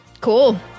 Cool